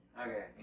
Okay